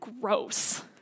gross